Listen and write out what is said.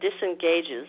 disengages